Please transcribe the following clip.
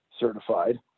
certified